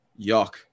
yuck